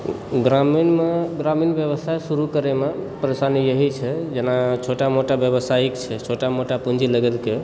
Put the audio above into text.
ग्रामीणमे ग्रामीण व्यवस्था शुरु करयमे परेशानी यही छै जेना छोटा मोटा व्यवसायिक छै छोटा मोटा पूँजी लगेलकै